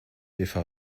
eva